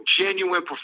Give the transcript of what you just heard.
genuine